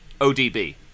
ODB